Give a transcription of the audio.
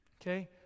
okay